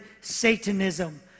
Satanism